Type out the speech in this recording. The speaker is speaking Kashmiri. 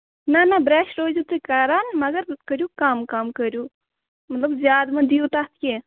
نہَ نہَ برٛیش روٗزیو تُہۍ کران مَگر کٔرِو کَم کَم کٔرِو مطلب زیادٕ مہٕ دِیو تَتھ کیٚنٛہہ